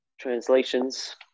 translations